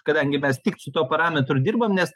kadangi mes tik su tuo parametru dirbam nes